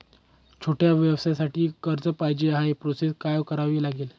छोट्या व्यवसायासाठी कर्ज पाहिजे आहे प्रोसेस काय करावी लागेल?